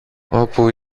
όπου